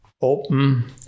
open